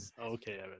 okay